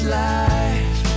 life